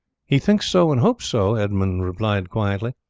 he thinks so and hopes so, edmund replied quietly.